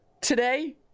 today